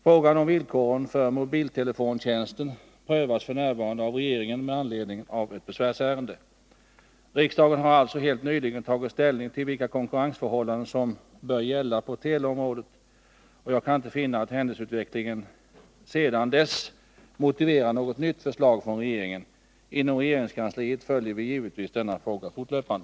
Frågan om villkoren för mobiltelefontjänsten prövas f.n. av regeringen med anledning av ett besvärsärende. Riksdagen har alltså helt nyligen tagit ställning till vilka konkurrensförhållanden som bör gälla på teleområdet. Jag kan inte finna att händelseutvecklingen sedan dess motiverar något nytt förslag från regeringen. Inom regeringskansliet följer vi givetvis denna fråga fortlöpande.